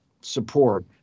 support